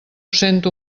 sento